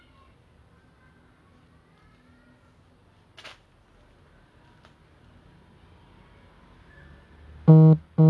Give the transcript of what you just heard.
like okay fine I know there are ridiculous reasons like err one of it is what is that you cannot play music too loud I think